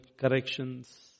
Corrections